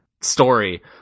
story